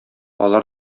алар